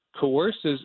coerces